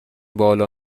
بالا